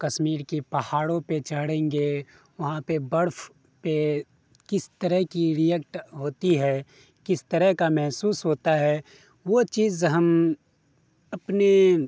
کشیر کے پہاڑوں پہ چڑھیں گے وہاں پہ برف پہ کس طرح کی ریئیکٹ ہوتی ہے کس طرح کا محسوس ہوتا ہے وہ چیز ہم اپنے